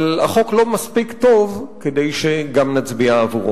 אבל החוק לא מספיק טוב כדי שגם נצביע עבורו.